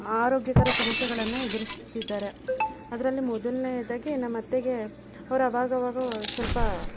ಆರೋಗ್ಯಕರ ಸಮಸ್ಯೆಗಳನ್ನು ಎದುರಿಸುತ್ತಿದ್ದಾರೆ ಅದರಲ್ಲಿ ಮೊದಲನೇಯದಾಗಿ ನಮ್ಮ ಅತ್ತೆಗೆ ಅವ್ರು ಅವಾಗವಾಗ ಸ್ವಲ್ಪ